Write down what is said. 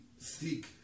seek